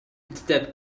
that